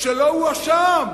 שלא הואשם,